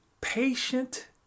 patient